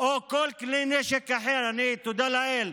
או כל כלי נשק אחר, אני, תודה לאל,